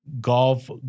golf